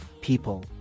people